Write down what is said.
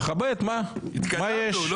תכבד, מה יש?